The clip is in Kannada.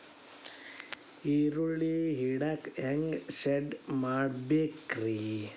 ಈರುಳ್ಳಿ ಇಡಾಕ ಹ್ಯಾಂಗ ಶೆಡ್ ಮಾಡಬೇಕ್ರೇ?